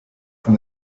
from